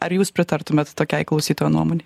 ar jūs pritartumėt tokiai klausytojo nuomonei